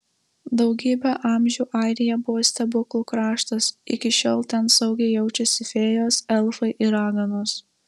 daugybę amžių airija buvo stebuklų kraštas iki šiol ten saugiai jaučiasi fėjos elfai ir raganos